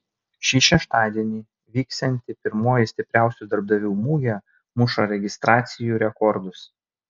šį šeštadienį vyksianti pirmoji stipriausių darbdavių mugė muša registracijų rekordus